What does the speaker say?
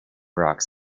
rocks